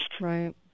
Right